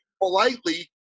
politely